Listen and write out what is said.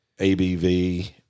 ABV